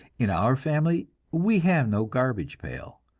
in our family we have no garbage pail.